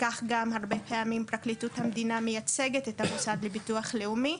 כך גם הרבה פעמים פרקליטות המדיה מייצגת את המוסד לביטוח לאומי,